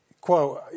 quote